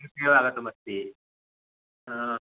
कृपया आगतमस्ति हा